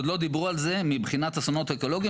עוד לא דיברו על זה מבחינת אסונות אקולוגיים,